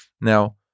Now